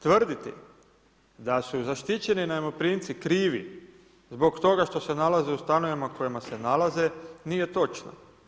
Tvrditi da su zaštićeni najmoprimci krivi zbog toga što se nalaze u stanovima u kojima se nalaze, nije točno.